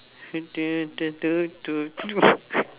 hit you with the ddu-du ddu-du du